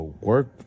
work